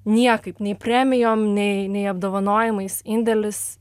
niekaip nei premijom nei apdovanojimais indėlis